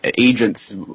agents